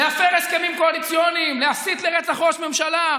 להפר הסכמים קואליציוניים, להסית לרצח ראש ממשלה,